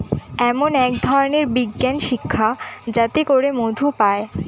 এমন এক ধরনের বিজ্ঞান শিক্ষা যাতে করে মধু পায়